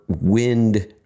wind